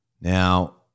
Now